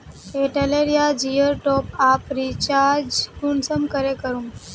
Airtel या जियोर top up recharge कुंसम करे करूम?